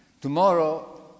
Tomorrow